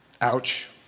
Ouch